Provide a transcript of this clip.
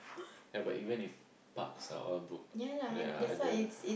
ya but even if parks are all booked ya the